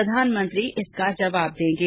प्रधानमंत्री इसका जवाब देंगे